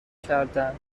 کردن